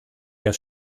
der